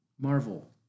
Marvel